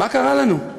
מה קרה לנו?